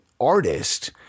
artist